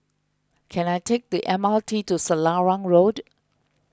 can I take the M R T to Selarang Road